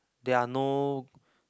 there are no